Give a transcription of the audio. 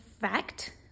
fact